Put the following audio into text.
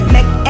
Make